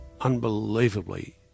unbelievably